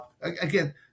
again